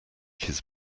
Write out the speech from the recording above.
his